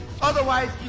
Otherwise